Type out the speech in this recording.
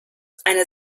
eine